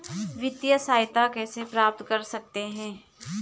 वित्तिय सहायता कैसे प्राप्त कर सकते हैं?